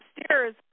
upstairs